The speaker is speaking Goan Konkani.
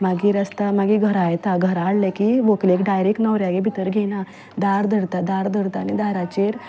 मागीर आसता मागीर घरा येता घरा हाडलें की व्हंकलेक डायरेक्ट न्हवऱ्यागेर भितर घेयना दार धरता दार धरता आनी दार धरपाचेर